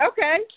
Okay